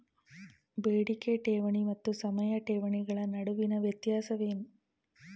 ಬೇಡಿಕೆ ಠೇವಣಿ ಮತ್ತು ಸಮಯ ಠೇವಣಿಗಳ ನಡುವಿನ ವ್ಯತ್ಯಾಸವೇನು?